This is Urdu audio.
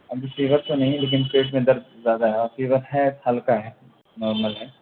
ابھی فیور تو نہیں ہے لیکن پیٹ میں درد زیادہ ہے اور فیور ہے ہلکا ہے نارمل ہے